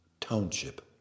township